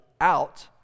out